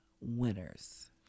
winners